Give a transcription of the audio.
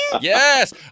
Yes